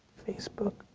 facebook.